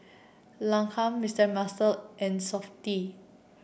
Lancome Mister Muscle and Softy